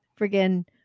friggin